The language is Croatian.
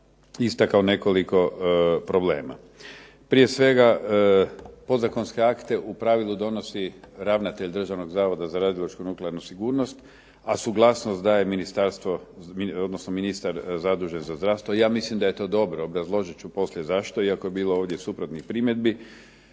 istakao nekoliko problema. Prije svega podzakonske akte u pravilu donosi ravnatelj Državnog zavoda za radiološku i nuklearnu sigurnost, a suglasnost daje ministar zadužen za zdravstvo. Ja mislim da je to dobro. Obrazložit ću poslije zašto iako je ovdje bilo suprotnih primjedbi,